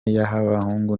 y’abahungu